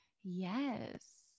Yes